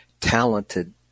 talented